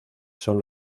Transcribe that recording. son